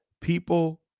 people